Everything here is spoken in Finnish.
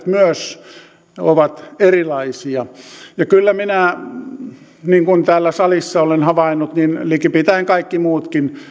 myös niiden säädökset ovat erilaisia kyllä minä ja niin kuin täällä salissa olen havainnut likipitäen kaikki muutkin